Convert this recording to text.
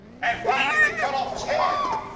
and finally they cut off his head